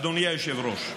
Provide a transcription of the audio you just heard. אדוני היושב-ראש?